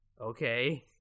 Okay